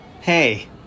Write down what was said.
Hey